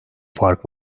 fark